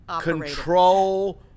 Control